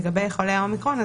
לגבי חולה אומיקרון,